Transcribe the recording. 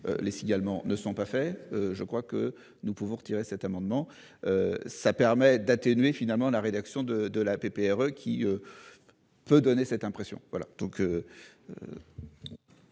les signalements ne sont pas faits. Je crois que nous pouvons retirer cet amendement. Ça permet d'atténuer finalement la rédaction de de la pépère qui. Peut donner cette impression.